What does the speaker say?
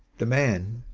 the man,